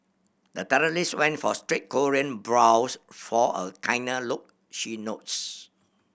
the terrorist went for straight Korean brows for a kinder look she notes